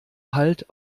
halt